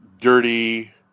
dirty